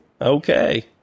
okay